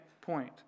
point